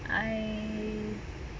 I